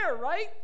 right